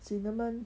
cinnamon